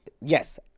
Yes